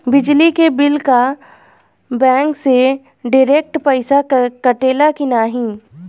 बिजली के बिल का बैंक से डिरेक्ट पइसा कटेला की नाहीं?